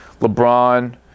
LeBron